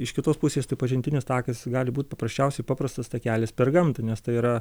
iš kitos pusės tai pažintinis takas jis gali būt paprasčiausiai paprastas takelis per gamtą nes tai yra